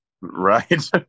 Right